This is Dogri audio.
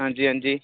आं जी आं जी